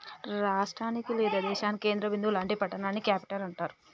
రాష్టానికి లేదా దేశానికి కేంద్ర బిందువు లాంటి పట్టణాన్ని క్యేపిటల్ అంటాండ్రు